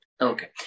Okay